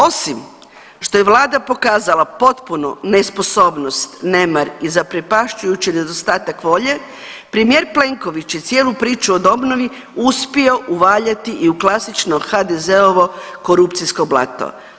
Osim što je vlada pokazala potpunu nesposobnost, nemar i zaprepašćujući nedostatak volje premijer Plenković je cijelu priču o obnovi uspio uvaljati i u klasično HDZ-ovo korupcijsko blato.